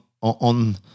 on